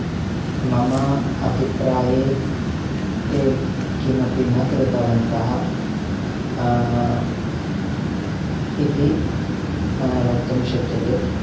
मम अभिप्राये ते किमपि न कृतवन्तः इति मया वक्तुं शक्यते